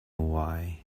why